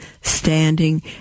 standing